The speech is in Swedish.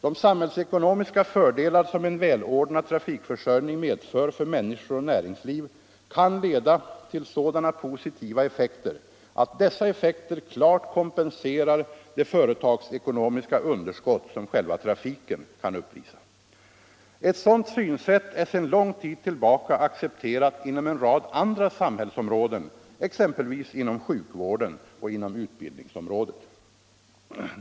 De samhällsekonomiska fördelar, som en villordnad trafikförsörjning medför för människor och näringsliv, kan leda till sådana positiva effekter, att dessa effekter klart kompenserar det företagsekonomiska underskott som själva trafiken kan uppvisa. Ett sådant synsätt är sedan lång tud tillbaka accepterat inom en rad andra samhällsområden, exempelvis inom sjukvården och inom utbildningsområdet.